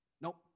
Nope